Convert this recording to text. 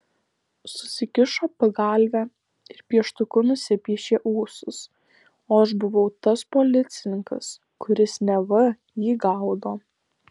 susikišo pagalvę ir pieštuku nusipiešė ūsus o aš buvau tas policininkas kuris neva jį gaudo